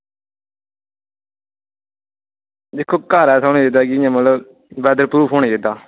ते घर जियां मतलब धूफ होन चाहिदा